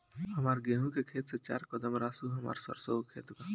हमार गेहू के खेत से चार कदम रासु हमार सरसों के खेत बा